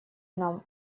нам